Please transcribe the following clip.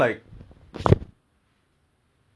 orh like I think minchi minchi minchi okay lah